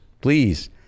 please